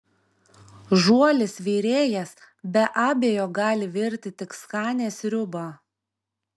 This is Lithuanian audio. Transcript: žuolis virėjas be abejo gali virti tik skanią sriubą